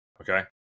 Okay